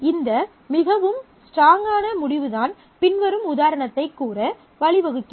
இந்த மிகவும் ஸ்டராங்கான முடிவு தான் பின்வரும் உதாரணத்தைக் கூற வழிவகுக்கிறது